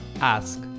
ask